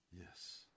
Yes